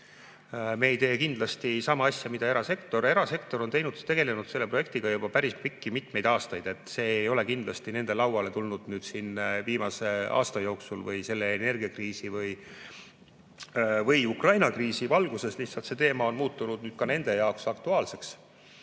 Me ei tee kindlasti sama asja, mida erasektor. Erasektor on tegelenud selle projektiga juba päris pikki, mitmeid aastaid, see ei ole kindlasti nende lauale tulnud viimase aasta jooksul või selle energiakriisi või Ukraina kriisi valguses. Lihtsalt see teema on nüüd muutunud ka nende jaoks aktuaalseks.